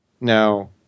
Now